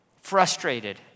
frustrated